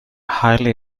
highly